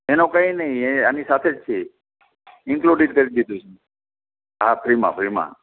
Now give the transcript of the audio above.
એનો કંઈ નહીં એ આની સાથે જ છે ઇંકલુંડ જ કરી દીધું છે હા ફ્રીમાં ફ્રીમાં